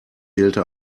wählte